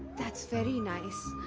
that's very nice.